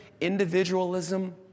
individualism